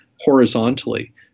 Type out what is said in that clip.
horizontally